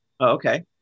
Okay